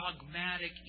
dogmatic